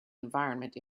environment